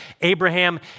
Abraham